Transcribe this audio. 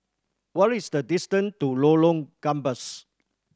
what is the distant to Lorong Gambas